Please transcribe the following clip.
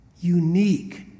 unique